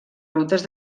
rutes